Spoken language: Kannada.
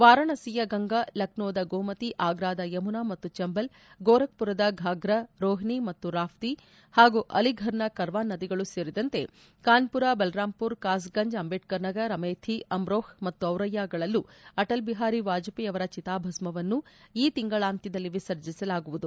ವಾರಾಣಸಿಯ ಗಂಗಾ ಲಕ್ನೋದ ಗೋಮತಿ ಆಗ್ರಾದ ಯಮುನಾ ಮತ್ತು ಚಂಬಲ್ ಗೋರಖ್ಪುರದ ಘಾಫ್ರಾ ರೋಹ್ನಿ ಮತ್ತು ರಾಪ್ತಿ ಹಾಗೂ ಅಲಿಫರ್ನ ಕರ್ವಾನ್ ನದಿಗಳು ಸೇರಿದಂತೆ ಕಾನ್ವರ ಬಲರಾಮ್ಮರ್ ಕಾಸ್ಗಂಜ್ ಅಂಬೇಡ್ಕರ್ನಗರ್ ಅಮೇಥಿ ಅಮ್ರೋಪ ಮತ್ತು ಡಿರಯ್ಯಾ ಗಳಲ್ಲೂ ಅಟಲ್ ಬಿಹಾರಿ ವಾಜಪೇಯಿ ಅವರ ಚಿತಾಭಸ್ಸವನ್ನು ಈ ತಿಂಗಳಾಂತ್ಯದಲ್ಲಿ ವಿಸರ್ಜಿಲಾಗುವುದು